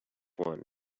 one